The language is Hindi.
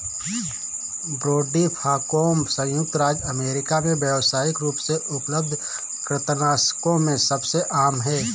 ब्रोडीफाकौम संयुक्त राज्य अमेरिका में व्यावसायिक रूप से उपलब्ध कृंतकनाशकों में सबसे आम है